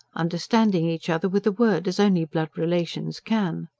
understanding each other with a word, as only blood relations can.